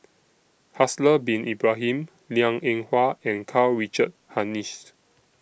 Haslir Bin Ibrahim Liang Eng Hwa and Karl Richard Hanitsch